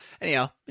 Anyhow